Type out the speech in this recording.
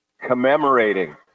commemorating